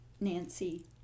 Nancy